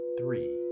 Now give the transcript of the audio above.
three